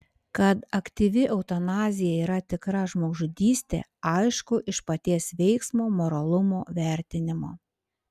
kad aktyvi eutanazija yra tikra žmogžudystė aišku iš paties veiksmo moralumo vertinimo